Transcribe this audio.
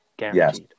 Yes